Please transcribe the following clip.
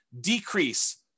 decrease